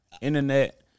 internet